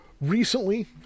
recently